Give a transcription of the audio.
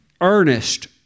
earnest